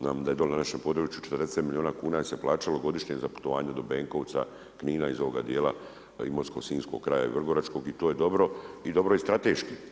Znam da je dolje na našem području, 40 milijuna kuna se plaćalo godišnje za putovanje do Benkovca, Knina iz ovoga djela imotskog, sinjskog kraja i vrgoračkog i to je dobro i dobro je strateški.